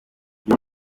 y’u